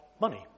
money